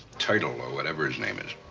turtle, or whatever his name is.